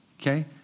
okay